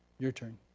your turn.